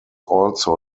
also